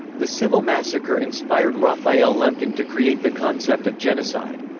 the simele massacre inspired raphael lemkin to create the concept of genocide.